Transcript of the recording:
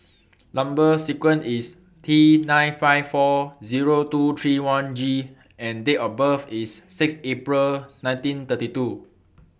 Number sequence IS T nine five four Zero two three one G and Date of birth IS six April nineteen thirty two